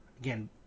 Again